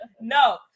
No